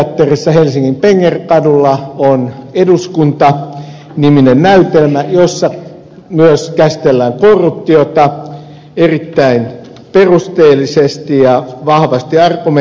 ryhmäteatterissa helsingin pengerkadulla on eduskunta niminen näytelmä jossa myös käsitellään korruptiota erittäin perusteellisesti ja vahvasti argumentoiden